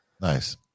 Nice